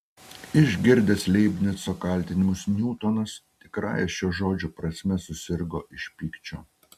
išgirdęs leibnico kaltinimus niutonas tikrąja šio žodžio prasme susirgo iš pykčio